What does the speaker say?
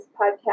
podcast